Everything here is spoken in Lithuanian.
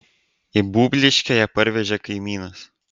į būbliškę ją parvežė kaimynas